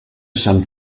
sant